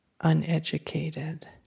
uneducated